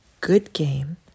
Goodgame